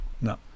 No